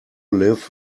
live